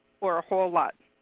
or a whole lot.